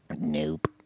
Nope